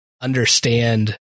understand